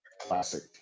classic